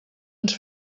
ens